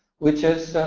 which is